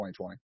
2020